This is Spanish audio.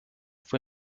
fue